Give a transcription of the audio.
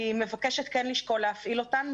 אני מבקשת כן לשקול להפעיל אותן.